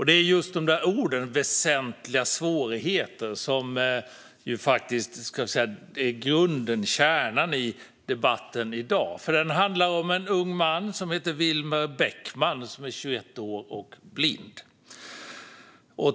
Det är just orden "väsentliga svårigheter" som är grunden och kärnan i debatten i dag. Den handlar om en ung man som heter Vilmer Bäckman, som är 21 år och blind.